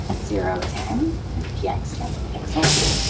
zero, ten. and px stands for pixels.